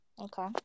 Okay